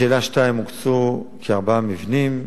2. הוקצו כארבעה מבנים,